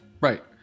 Right